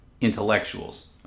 intellectuals